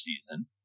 season